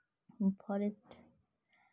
forest